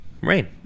Rain